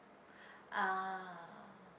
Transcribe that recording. ah